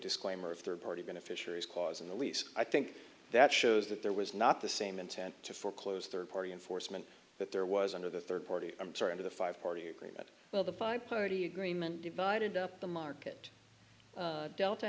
disclaimer third party going to fisheries clause in the lease i think that shows that there was not the same intent to foreclose third party enforcement that there was under the third party i'm certain of the five party agreement well the five party agreement divided up the market delta